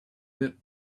bit